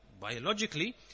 biologically